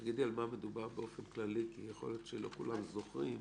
תגידי על מה מדובר באופן כללי כי יכול להיות שלא כולם זוכרים.